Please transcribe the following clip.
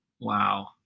Wow